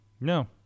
No